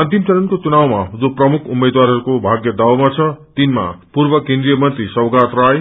अन्तिम चरणको चुनावमा जो प्रमुख उम्मेद्वारहरूको भागय दावमा छ तिनमा पूर्व केन्द्रिय मंत्री सौगात राय